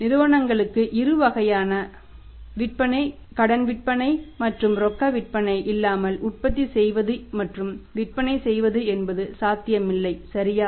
நிறுவனங்களுக்கு இரு வகை விற்பனை கடன் விற்பனை மற்றும் ரொக்க விற்பனைஇல்லாமல் உற்பத்தி செய்வது மற்றும் விற்பனை செய்வது என்பது சாத்தியமில்லை சரியா